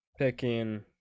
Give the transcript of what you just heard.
picking